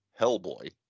Hellboy